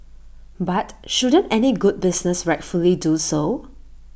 but shouldn't any good business rightfully do so